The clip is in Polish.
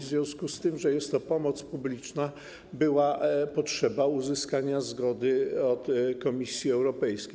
W związku z tym, że jest to pomoc publiczna, była potrzeba uzyskania zgody od Komisji Europejskiej.